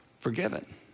forgiven